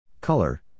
Color